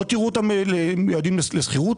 לא תראו אותם מיועדים לשכירות,